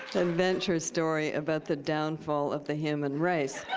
adventure story about the downfall of the human race.